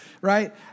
Right